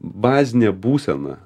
bazinė būsena